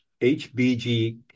HBG